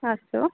अस्तु